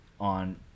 on